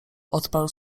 odparł